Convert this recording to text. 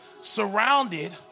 surrounded